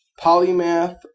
polymath